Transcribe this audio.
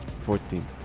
Fourteen